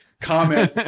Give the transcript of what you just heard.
comment